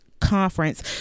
conference